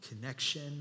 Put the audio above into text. connection